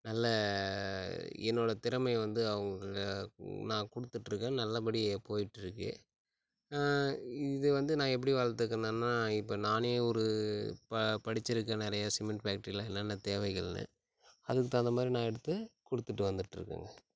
நல்ல என்னோட திறமையை வந்து அவங்கள நான் கொடுத்துட்ருக்கேன் நல்லபடியாக போய்ட்டுருக்கு இதை வந்து நான் எப்படி வளர்த்துக்குனேன்னா இப்போ நானே ஒரு ப படிச்சிருக்கேன் நிறைய சிமெண்ட் ஃபேக்ட்ரியில என்னன்ன தேவைகள்னு அதுக்குத் தகுந்தா மாதிரி நான் எடுத்து கொடுத்துட்டு வந்துட்டுருக்கேங்க